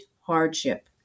hardship